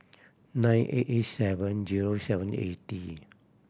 nine eight eight seven zero seven eighty